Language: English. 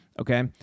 Okay